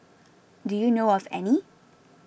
do you know of any